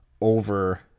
over